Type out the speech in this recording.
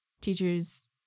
teacher's